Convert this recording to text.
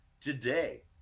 today